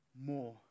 more